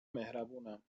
مهربونم